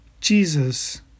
Jesus